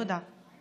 תודה.